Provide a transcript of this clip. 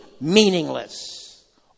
meaningless